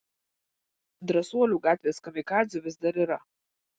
drąsuolių gatvės kamikadzių vis dar yra